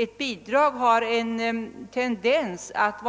Ett bidrag har en tendens att